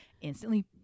instantly